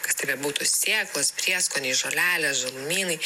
kas tai bebūtų sėklos prieskoniai žolelės žalumynai